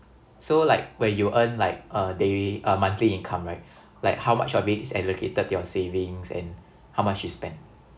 so like where you earn like a daily a monthly income right like how much of it is allocated to your savings and how much you spend